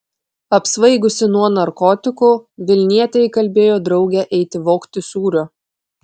apsvaigusi nuo narkotikų vilnietė įkalbėjo draugę eiti vogti sūrio